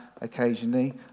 occasionally